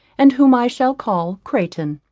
and whom i shall call crayton.